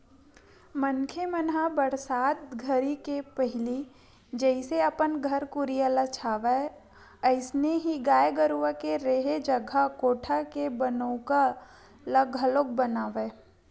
मनखे मन ह बरसात घरी के पहिली जइसे अपन घर कुरिया ल छावय अइसने ही गाय गरूवा के रेहे जघा कोठा के बनउका ल घलोक बनावय